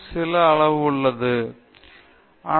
இலாபத்தை அதிகரிக்க எப்படி செலவு குறைக்க முடியும் என்பதில் உள்ளது